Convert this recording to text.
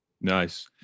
nice